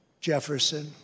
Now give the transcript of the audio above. Jefferson